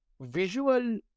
visual